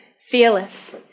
fearless